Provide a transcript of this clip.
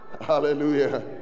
Hallelujah